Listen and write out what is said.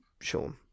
Sean